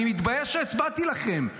אני מתבייש שהצבעתי לכם.